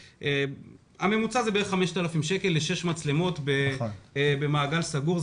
הממוצע הוא כ-5,000 שקלים לשש מצלמות במעגל סגור.